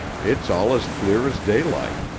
it's all as clear as daylight.